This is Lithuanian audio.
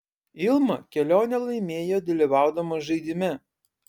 ilma kelionę laimėjo dalyvaudama žaidime